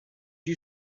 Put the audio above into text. you